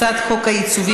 הצעת חוק העיצובים,